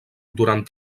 durant